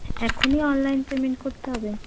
এখনই online payment করতে হবে